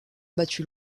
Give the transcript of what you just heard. battu